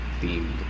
themed